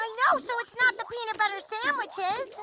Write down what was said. i know, so it's not the peanut butter sandwiches.